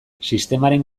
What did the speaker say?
sistemaren